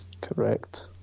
correct